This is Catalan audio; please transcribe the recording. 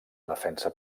defensa